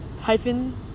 hyphen